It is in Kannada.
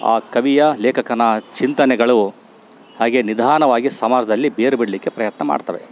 ಆ ಕವಿಯ ಲೇಖಕನ ಚಿಂತನೆಗಳು ಹಾಗೆ ನಿಧಾನವಾಗಿ ಸಮಾಜ್ದಲ್ಲಿ ಬೇರು ಬಿಡಲಿಕ್ಕೆ ಪ್ರಯತ್ನ ಮಾಡ್ತವೆ